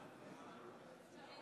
נגד.